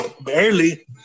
Barely